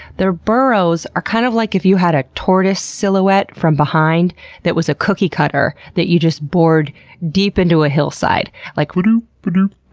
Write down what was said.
their burrows are kind of like if you had a tortoise silhouette from behind that was a cookie cutter that you just bored deep into a hillside like, slowed